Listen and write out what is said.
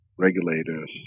regulators